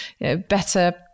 better